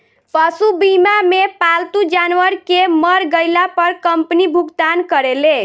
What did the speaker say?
पशु बीमा मे पालतू जानवर के मर गईला पर कंपनी भुगतान करेले